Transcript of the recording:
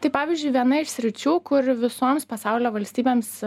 tai pavyzdžiui viena iš sričių kur visoms pasaulio valstybėms